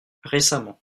récemment